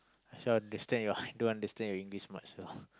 I also don't understand your don't understand your English much lah